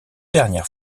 dernière